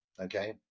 Okay